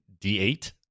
D8